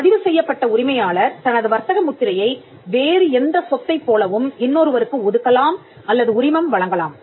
பதிவு செய்யப்பட்ட உரிமையாளர் தனது வர்த்தக முத்திரையை வேறு எந்த சொத்தைப் போலவும் இன்னொருவருக்கு ஒதுக்கலாம் அல்லது உரிமம் வழங்கலாம்